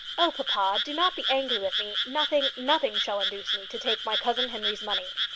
oh, papa, do not be angry with me! nothing nothing shall induce me to take my cousin henry's money.